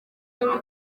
senderi